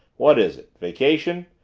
what is it vacation?